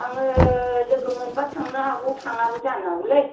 आङो लोगो मोनबा थांनो हागौ थाङाबो जानो हागौलै